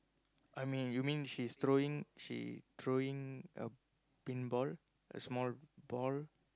I mean you mean she's throwing she throwing a pinball a small ball